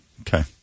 Okay